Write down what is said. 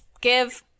give